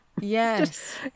Yes